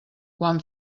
quan